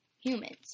humans